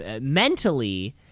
mentally